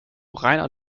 reiner